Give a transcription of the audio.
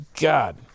God